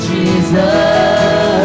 Jesus